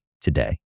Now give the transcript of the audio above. today